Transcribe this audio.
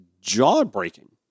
jaw-breaking